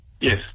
Yes